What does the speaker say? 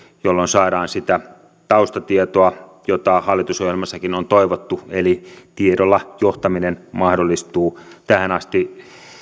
jolloin saadaan sitä taustatietoa jota hallitusohjelmassakin on toivottu eli tiedolla johtaminen mahdollistuu tähän asti